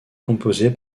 composée